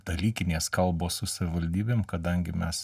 dalykinės kalbos su savivaldybėm kadangi mes